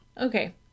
okay